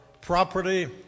property